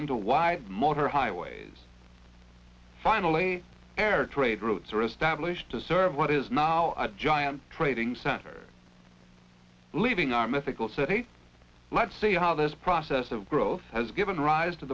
into wide motor highways finally air trade routes are established to serve what is now john trading center leaving our mythical city let's see how this process of growth has given rise to